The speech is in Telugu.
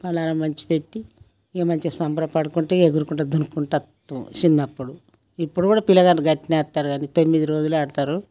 పలారం పంచిపెట్టి ఇగ మంచిగా సంబర పడుకుంటా ఎగురుకుంటా దుంకుకుంటూ వస్తాం చిన్నప్పుడు ఇప్పుడు కూడా పిల్లగాలు గట్టనే ఎత్తారు కానీ తొమ్మిది రోజులు ఆడతారు